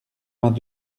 vingt